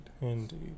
indeed